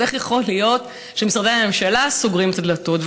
אז איך יכול להיות שמשרדי הממשלה סוגרים את הדלתות?